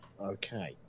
Okay